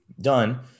done